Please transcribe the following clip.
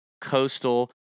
coastal